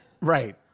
Right